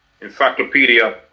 encyclopedia